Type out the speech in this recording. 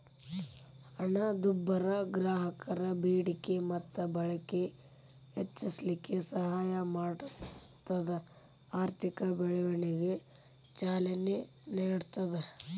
ಹಣದುಬ್ಬರ ಗ್ರಾಹಕರ ಬೇಡಿಕೆ ಮತ್ತ ಬಳಕೆ ಹೆಚ್ಚಿಸಲಿಕ್ಕೆ ಸಹಾಯ ಮಾಡ್ತದ ಆರ್ಥಿಕ ಬೆಳವಣಿಗೆಗ ಚಾಲನೆ ನೇಡ್ತದ